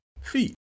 feet